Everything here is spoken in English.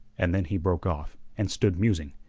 and then he broke off, and stood musing,